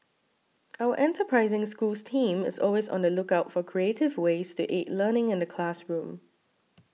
our enterprising Schools team is always on the lookout for creative ways to aid learning in the classroom